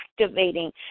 activating